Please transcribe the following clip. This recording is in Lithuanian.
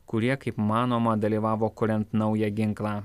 kurie kaip manoma dalyvavo kuriant naują ginklą